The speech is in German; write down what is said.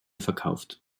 verkauft